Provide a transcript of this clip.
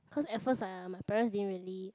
cause at first uh my parents didn't really